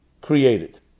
created